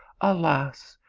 alas,